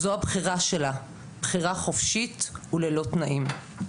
זו הבחירה שלה, בחירה חופשית וללא תנאים.